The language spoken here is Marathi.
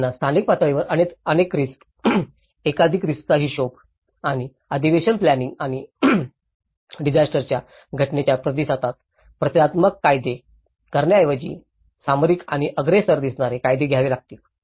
त्यांना स्थानिक पातळीवर अनेक रिस्क एकाधिक रिस्कचा हिशेब आणि अधिवेशन प्लॅनिंइंग आणि डिजास्टरच्या घटनेच्या प्रतिसादात प्रतिक्रियात्मक कायदे करण्याऐवजी सामरिक आणि अग्रेसर दिसणारे कायदे घ्यावे लागतात